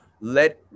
let